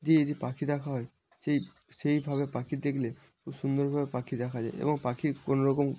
দিয়ে যে পাখি দেখা হয় সেই সেইভাবে পাখি দেখলে সে সুন্দরভাবে পাখি দেখা যায় এবং পাখির কোনো রকম